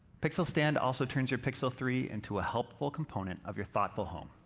pixel stand also turns your pixel three into a helpful component of your thoughtful home.